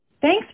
Thanks